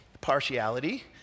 partiality